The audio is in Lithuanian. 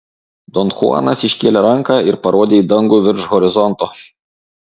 don chuanas iškėlė ranką ir parodė į dangų virš horizonto